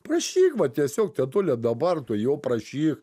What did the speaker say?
prašyk va tiesiog tetule dabar tu jo prašyk